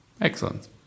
Excellent